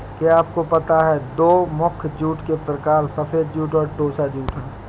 क्या आपको पता है दो मुख्य जूट के प्रकार सफ़ेद जूट और टोसा जूट है